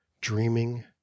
dreaming